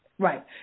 Right